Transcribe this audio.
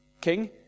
King